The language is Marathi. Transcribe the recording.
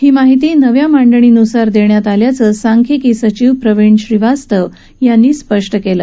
ही माहिती नव्या मांडणीनुसार देण्यात आल्याचं सांख्यिकी सचिव प्रवीण श्रीवास्तव यांनी स्पष्ट केलं